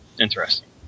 Interesting